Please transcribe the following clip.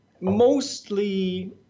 Mostly